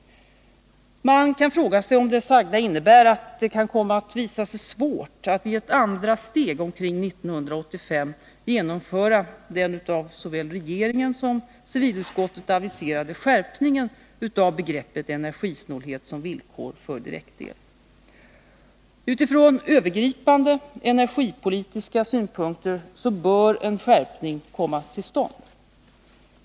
Man kan fråga sig om det sagda innebär att det kan komma att visa sig svårt att i ett andra steg omkring 1985 genomföra den av såväl regeringen som civilutskottet aviserade skärpningen av begreppet energisnålhet som villkor för direktel. Utifrån övergripande energipolitiska synpunkter bör en skärpning komma till stånd.